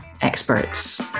experts